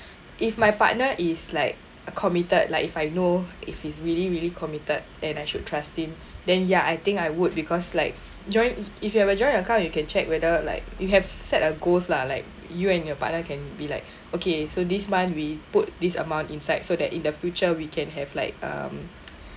if my partner is like committed like if I know if he's really really committed and I should trust him then ya I think I would because like joint if if you have a joint account you can check whether like you have set of goals lah like you and your partner can be like okay so this month we put this amount inside so that in the future we can have like um